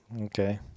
okay